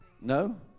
No